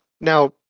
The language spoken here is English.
Now